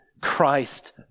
Christ